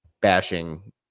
bashing